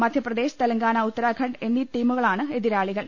Madhya Pradesh Telangana Uttarakhand എന്നീ ടീമുകളാണ് എതിരാളികൾ